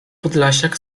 podlasiak